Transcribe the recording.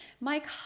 Mike